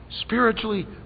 spiritually